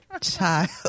child